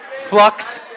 flux